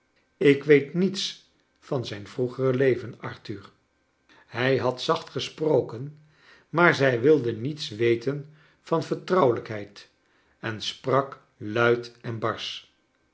ik weet niets van zijn vroegere leven arthur hij had zacht gesproken maar zij wilde niets weten van vertrouweliikheid en sprak luid en barsch